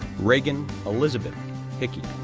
raegan elizabeth hickey,